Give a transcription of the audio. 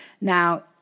Now